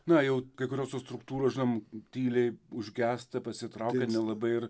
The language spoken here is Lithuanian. na jau kai kurios struktūros žinom tyliai užgęsta pasitraukia nelabai ir